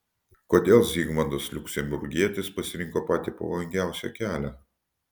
kodėl zigmantas liuksemburgietis pasirinko patį pavojingiausią kelią